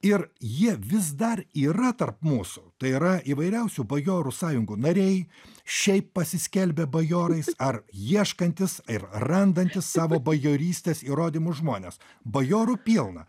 ir jie vis dar yra tarp mūsų tai yra įvairiausių bajorų sąjungų nariai šiaip pasiskelbę bajorais ar ieškantys ir randantys savo bajorystės įrodymus žmonės bajorų pilna